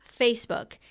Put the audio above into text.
Facebook